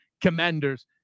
commanders